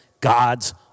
God's